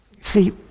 See